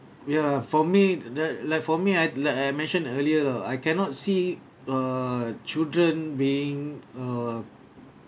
ya for me that like for me I like I mentioned earlier lah I cannot see err children being uh